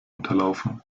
unterlaufen